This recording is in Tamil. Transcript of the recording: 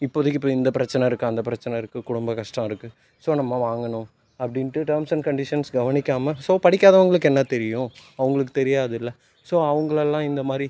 இப்போதைக்கு இப்போ இந்த பிரச்சனை இருக்குது அந்த பிரச்சனை இருக்குது குடும்ப கஷ்டம் இருக்குது ஸோ நம்ம வாங்கணும் அப்படின்னுட்டு டெர்ம்ஸ் அண்ட் கண்டிஷன்ஸ் கவனிக்காமல் ஸோ படிக்காதவங்களுக்கு என்ன தெரியும் அவங்களுக்கு தெரியாதுல்லை ஸோ அவங்களெல்லாம் இந்த மாதிரி